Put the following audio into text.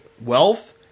wealth